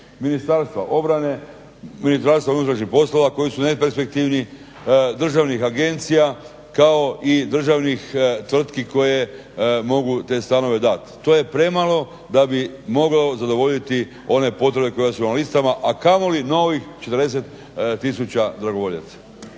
Ministarstva obrane, Ministarstva unutrašnjih poslova koji su najperspektivniji, državnih agencija kao i državnih tvrtki koje mogu te stanove dat. To je premalo da bi mogao zadovoljiti one potrebe koje su na listama, a kamoli novih 40000 dragovoljaca.